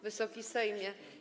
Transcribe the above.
Wysoki Sejmie!